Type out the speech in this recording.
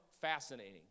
fascinating